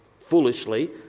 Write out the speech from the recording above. foolishly